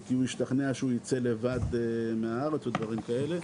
אם הוא השתכנע שהוא יצא לבד מהארץ או דברים כאלה-